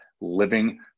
living